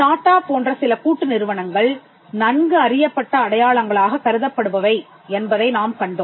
டாடா போன்ற சில கூட்டு நிறுவனங்கள் நன்கு அறியப்பட்ட அடையாளங்களாகக் கருதப்படுபவை என்பதை நாம் கண்டோம்